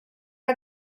are